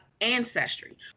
Ancestry